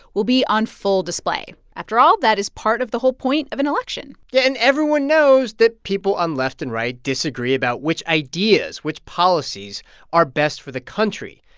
will be on full display. after all, that is part of the whole point of an election yeah. and everyone knows that people on left and right disagree about which ideas, which policies are best for the country.